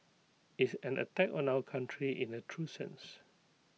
it's an attack on our country in A true sense